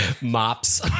mops